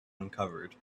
uncovered